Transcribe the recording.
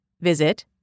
Visit